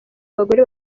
abagore